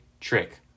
trick